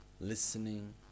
listening